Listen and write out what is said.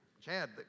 Chad